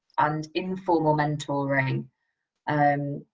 and informal mentoring um